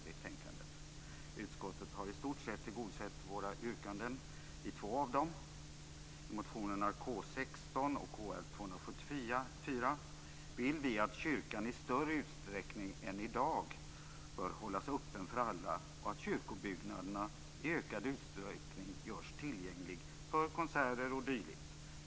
Utskottet har i stort sett tillgodosett våra yrkanden vad gäller två av dem. I motionerna K16 och Kr274 vill vi att kyrkan i större utsträckning än i dag bör hållas öppen för alla och att kyrkobyggnaderna i ökad utsträckning görs tillgängliga för konserter o.d.